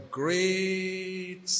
great